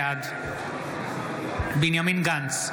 בעד בנימין גנץ,